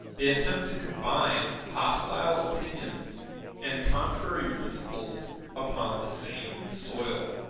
they attempt to combine hostile opinions and contrary principles upon the same soil.